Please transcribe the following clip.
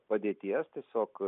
padėties tiesiog